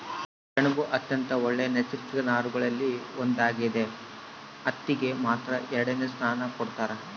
ಸೆಣಬು ಅತ್ಯಂತ ಒಳ್ಳೆ ನೈಸರ್ಗಿಕ ನಾರುಗಳಲ್ಲಿ ಒಂದಾಗ್ಯದ ಹತ್ತಿಗೆ ಮಾತ್ರ ಎರಡನೆ ಸ್ಥಾನ ಕೊಡ್ತಾರ